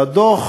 והדוח